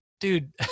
dude